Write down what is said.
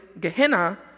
Gehenna